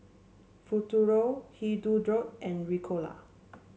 Futuro Hirudoid and Ricola